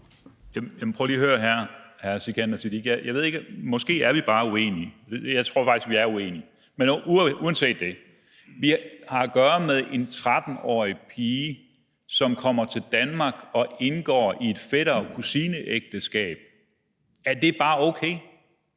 Prøv lige at høre her, hr. Sikandar Siddique. Måske er vi bare uenige. Jeg tror faktisk, vi er uenige. Men uanset det har vi at gøre med en 13-årig pige, som kommer til Danmark og indgår i et fætter-kusine-ægteskab. Er det bare okay?